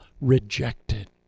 rejected